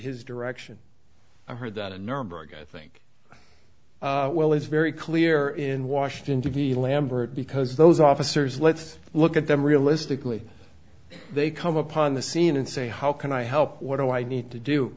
his direction i heard that a number guy think well it's very clear in washington d c lambert because those officers let's look at them realistically they come upon the scene and say how can i help what do i need to do